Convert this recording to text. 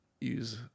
use